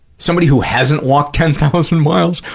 somebody who hasn't walked ten thousand miles,